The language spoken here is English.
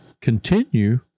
continue